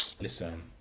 listen